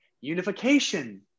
Unification